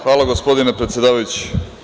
Hvala gospodine predsedavajući.